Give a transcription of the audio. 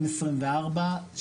2024,